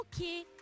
okay